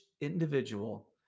individual